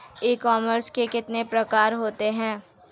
ई commerce के कितने प्रकार होते हैं?